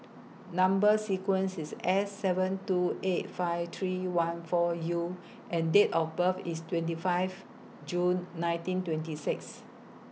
Number sequence IS S seven two eight five three one four U and Date of birth IS twenty five June nineteen twenty six